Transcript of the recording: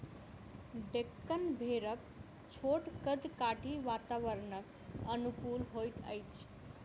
डेक्कन भेड़क छोट कद काठी वातावरणक अनुकूल होइत अछि